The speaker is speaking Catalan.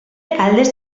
caldes